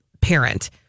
parent